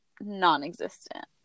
non-existent